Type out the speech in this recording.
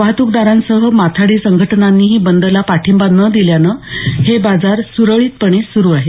वाहतूकदारांसह माथाडी संघटनांनीही बंदला पाठिंबा न दिल्यानं हे बाजार सुरळीतपणे सुरू आहेत